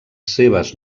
seves